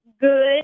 Good